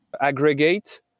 aggregate